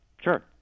Sure